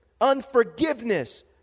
unforgiveness